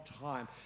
time